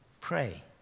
Pray